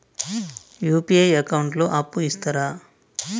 UPI account లో అప్పు ఇస్తరా?